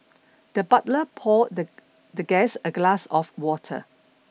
the butler poured the the guest a glass of water